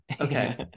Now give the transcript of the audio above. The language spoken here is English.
okay